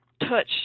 touch